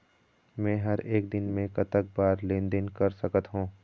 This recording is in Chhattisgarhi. मे हर एक दिन मे कतक बार लेन देन कर सकत हों?